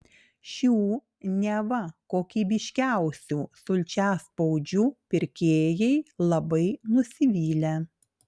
šių neva kokybiškiausių sulčiaspaudžių pirkėjai labai nusivylę